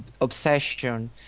obsession